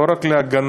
לא רק להגנה,